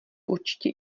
určitě